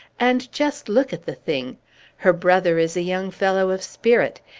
and just look at the thing her brother is a young fellow of spirit.